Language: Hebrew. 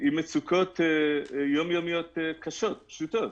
עם מצוקות יום-יומיות קשות, פשוטות,